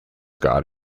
got